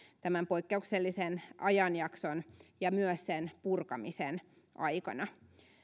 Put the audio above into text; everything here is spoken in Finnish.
tämän poikkeuksellisen ajanjakson ja myös sen purkamisen aikana